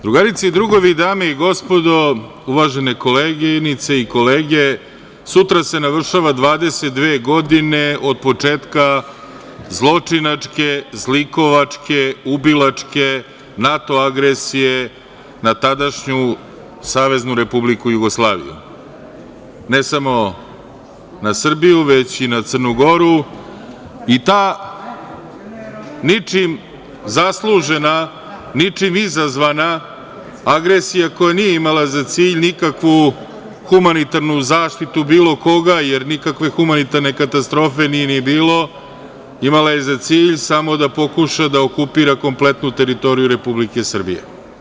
Drugarice i drugovi, dame i gospodo, uvažene koleginice i kolege, sutra se navršava 22 godine od početka zločinačke, zlikovačke, ubilačke NATO agresije na tadašnju SRJ, ne samo na Srbiju, već i na Crnu Goru i ta ničim zaslužena, ničim izazvana agresija, koja nije imala za cilj nikakvu humanitarnu zaštitu bilo koga, jer nikakve humanitarne katastrofe nije ni bilo, imala je za cilj samo da pokuša da okupira kompletnu teritoriju Republike Srbije.